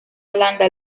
holanda